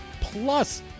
Plus